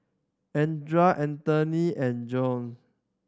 Andria Anthoney and Josue